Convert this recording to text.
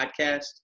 Podcast